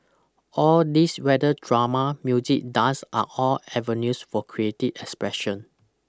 all these whether drama music dance are all avenues for creative expression